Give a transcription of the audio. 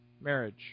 marriage